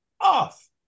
off